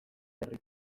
herri